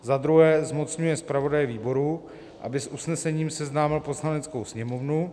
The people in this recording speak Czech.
II. zmocňuje zpravodaje výboru, aby s usnesením seznámil Poslaneckou sněmovnu;